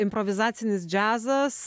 improvizacinis džiazas